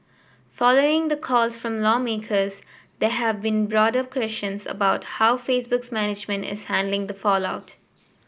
following the calls from lawmakers there have been broader questions about how Facebook's management is handling the fallout